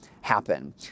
happen